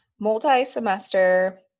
multi-semester